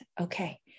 Okay